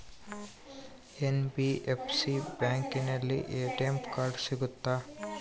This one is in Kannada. ಎನ್.ಬಿ.ಎಫ್.ಸಿ ಬ್ಯಾಂಕಿನಲ್ಲಿ ಎ.ಟಿ.ಎಂ ಕಾರ್ಡ್ ಸಿಗುತ್ತಾ?